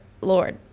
Lord